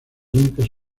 limpias